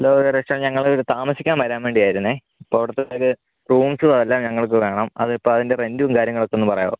hello ഇത് resort ഞങ്ങളിവിടെ താമസിക്കാൻ വരാൻ വേണ്ടിയാരുന്നേ അപ്പോൾ അവിടത്തെ ഇതില് റൂംസും എല്ലാം ഞങ്ങൾക്ക് വേണം അത് ഇപ്പോൾ അതിൻ്റെ റെന്റും കാര്യങ്ങളൊക്കെയൊന്ന് പറയാവോ